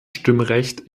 stimmrecht